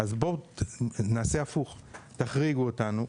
בואו נעשה הפוך: תחריגו אותנו,